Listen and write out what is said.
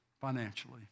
financially